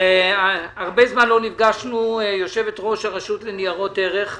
הרבה זמן לא נפגשנו, יושבת-ראש הרשות לניירות ערך.